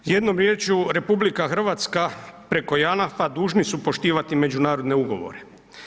Jednom riječju, RH preko Janafa dužni su poštivati međunarodne ugovore.